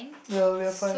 ya we are fine